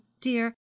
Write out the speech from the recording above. dear